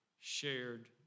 shared